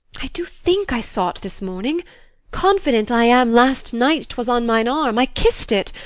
i do think i saw't this morning confident i am last night twas on mine arm i kiss'd it.